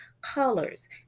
colors